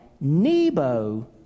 Nebo